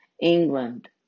England